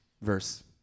Verse